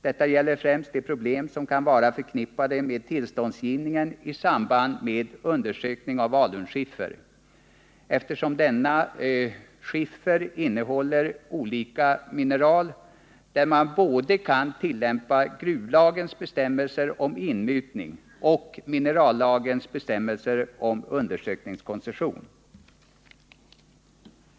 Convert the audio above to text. Särskilt viktiga är de problem som kan vara förknippade med tillståndsgivning i samband med undersökning av alunskiffer, eftersom denna skiffer innehåller olika mineral som kan göra det nödvändigt att tillämpa både gruvlagens bestämmelser om inmutning och minerallagens bestämmelser om undersökningskoncession.